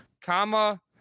comma